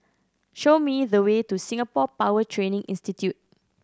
show me the way to Singapore Power Training Institute